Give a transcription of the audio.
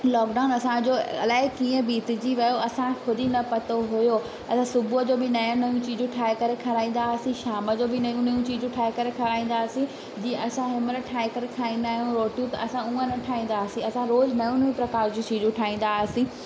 lockdown असांजो अलाए कीअं बीतिजी वियो असां ख़ुदि ई न पतो हुओ ऐं सुबूह जो बि नयूं नयूं चीजूं ठाहे करे खाराईंदा हुआसीं शाम जो बि नयूं नयूं चीजूं ठाहे करे खाराईंदा हुआसीं जीअं असां हिमल ठाहे करे खाईंदा आहियूं रोटियूं त असां उअं न ठाहींदा हुआसीं असां रोज़ु नयूं नयूं प्रकार जी चीजूं ठाईंदा हुआसीं